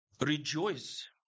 Rejoice